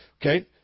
Okay